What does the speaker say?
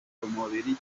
umubiri